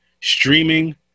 Streaming